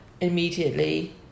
Immediately